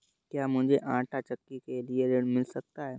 क्या मूझे आंटा चक्की के लिए ऋण मिल सकता है?